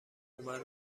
اومد